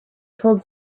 told